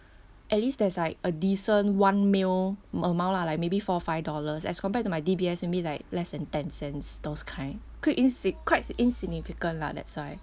at least there's like a decent one meal amount lah like maybe four five dollars as compared to my D_B_S maybe like less than ten cents those kind quite insi~ quite insignificant lah that's why